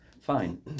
fine